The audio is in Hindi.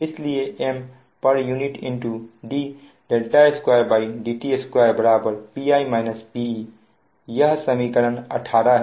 इसलिए Mpu d2dt2 Pi -Pe यह समीकरण 18 है